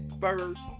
first